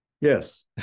Yes